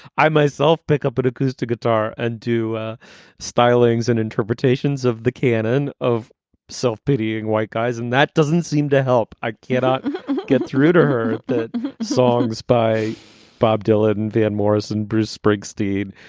i myself pick up but acoustic guitar and do stylings and interpretations of the canon of self-pitying white guys. and that doesn't seem to help. i get get through to her the songs by bob dylan and van morrison, bruce springsteen,